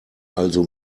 also